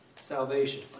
salvation